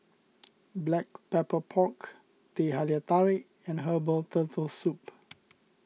Black Pepper Pork Teh Halia Tarik and Herbal Turtle Soup